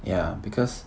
ya because